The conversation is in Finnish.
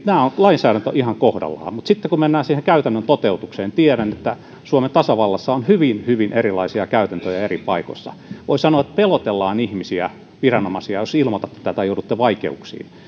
lainsäädäntö on ihan kohdallaan mutta sitten kun mennään siihen käytännön toteutukseen tiedän että suomen tasavallassa on hyvin hyvin erilaisia käytäntöjä eri paikoissa voisi sanoa että pelotellaan ihmisiä viranomaisia jos ilmoitatte tämän niin joudutte vaikeuksiin